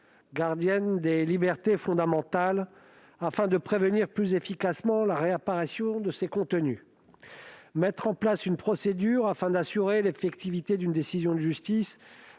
gardienne des libertés fondamentales, afin de prévenir plus efficacement la réapparition de tels contenus. Il est nécessaire de mettre en place une procédure pour assurer l'effectivité d'une décision de justice